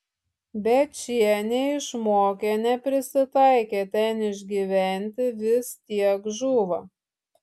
bet šie neišmokę neprisitaikę ten išgyventi vis tiek žūva